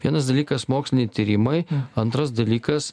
vienas dalykas moksliniai tyrimai antras dalykas